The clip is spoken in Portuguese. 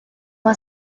uma